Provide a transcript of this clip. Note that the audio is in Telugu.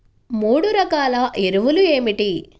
మూడు రకాల ఎరువులు ఏమిటి?